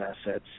assets